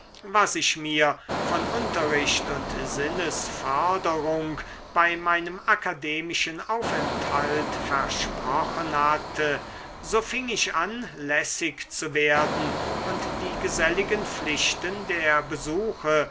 was ich mir von unterricht und sinnesförderung bei meinem akademischen aufenthalt versprochen hatte so fing ich an lässig zu werden und die geselligen pflichten der besuche